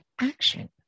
action